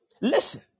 Listen